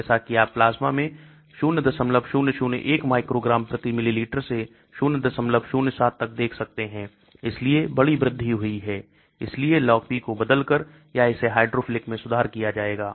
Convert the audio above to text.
जैसा कि आप प्लाज्मा में 0001 माइक्रोग्राम प्रति मिलीलीटर से 007 तक देख सकते हैं इसलिए बड़ी वृद्धि हुई है इसलिए LogP को बदलकर या इसे हाइड्रोफिलिक में सुधार किया जाएगा